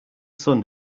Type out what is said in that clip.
sun